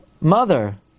mother